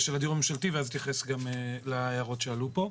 הממשלתי ואז אתייחס גם להערות שעלו פה.